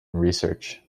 research